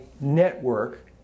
network